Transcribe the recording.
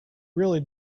really